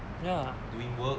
ya